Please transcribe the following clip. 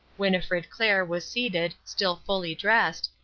winnifred clair was seated, still fully dressed,